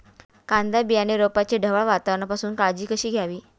कांदा बियाणे रोपाची ढगाळ वातावरणापासून काळजी कशी घ्यावी?